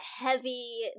heavy